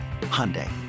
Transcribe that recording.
Hyundai